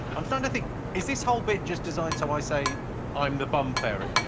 i'm stan i think is this whole bit just designed so i say i'm the bum fairy